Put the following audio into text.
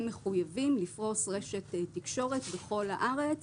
הן מחויבות לפרוס רשת תקשורת בכל הארץ